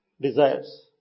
desires